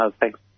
Thanks